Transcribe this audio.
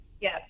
Yes